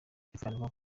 byumvikane